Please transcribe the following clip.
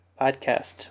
podcast